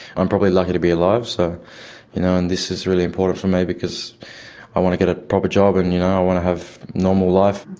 i'm probably lucky to be alive, so you know and this is really important for me because i want to get a proper job and i you know want to have normal life.